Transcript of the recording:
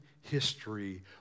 history